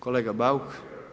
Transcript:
Kolega Bauk.